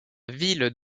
ville